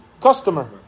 customer